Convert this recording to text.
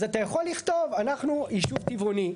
אז אתה יכול לכתוב אנחנו ישוב טבעוני.